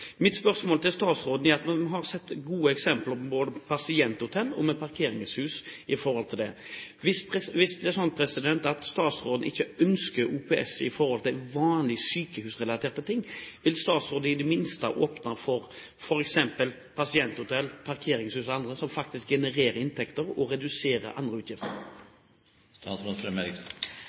Mitt spørsmål til statsråden går på at en har sett gode eksempler med både pasienthotell og parkeringshus i forhold til OPS. Hvis det er sånn at statsråden ikke ønsker OPS når det gjelder vanlige sykehusrelaterte ting, vil statsråden i det minste åpne for det i forbindelse med f.eks. pasienthotell, parkeringshus og annet som faktisk genererer inntekter og reduserer andre